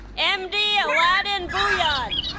and md alauddin bhuiyan